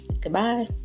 Goodbye